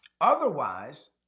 Otherwise